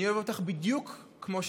אני אוהב אותך בדיוק כמו שאת.